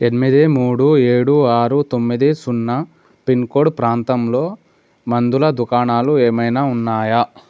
ఎనిమిది మూడు ఏడు ఆరు తొమ్మిది సున్నా పిన్కోడ్ ప్రాంతంలో మందుల దుకాణాలు ఏమైనా ఉన్నాయా